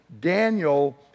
Daniel